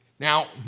Now